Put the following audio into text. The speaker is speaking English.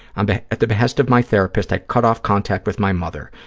um but at the behest of my therapist, i cut off contact with my mother.